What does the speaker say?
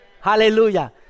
Hallelujah